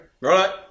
Right